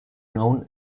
known